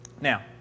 Now